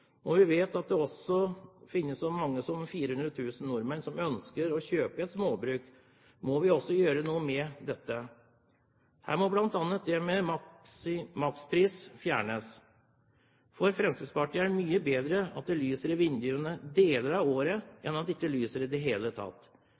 vi vet at det også finnes så mange som 400 000 nordmenn som ønsker å kjøpe et småbruk, må vi gjøre noe med dette. Her må bl.a. det med makspris fjernes. For Fremskrittspartiet er det mye bedre at det lyser i vinduene deler av året